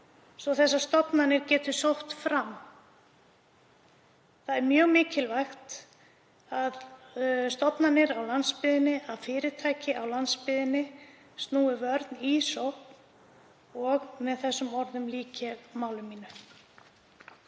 svo þessar stofnanir geti sótt fram. Það er mjög mikilvægt að stofnanir á landsbyggðinni og fyrirtæki á landsbyggðinni snúi vörn í sókn. Með þeim orðum lýk ég máli mínu.